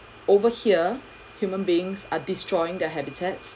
over here human beings are destroying their habitats